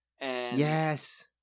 Yes